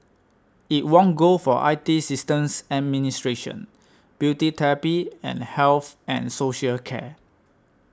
it won gold for I T systems administration beauty therapy and health and social care